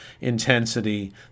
intensity